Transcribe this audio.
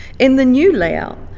in the new layout,